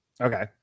Okay